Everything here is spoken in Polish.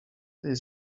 tej